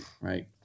right